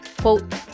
Quote